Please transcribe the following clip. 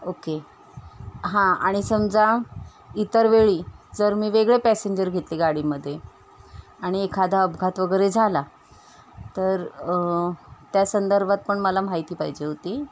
okay हां आणि समजा इतर वेळी जर मी वेगळे पॅसेंजर घेतले गाडीमध्ये आणि एखादा अपघात वगैरे झाला तर त्या संदर्भात पण मला माहिती पाहिजे होती